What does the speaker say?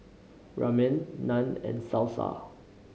Ramen Naan and Salsa